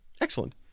Excellent